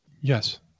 Yes